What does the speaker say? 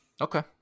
okay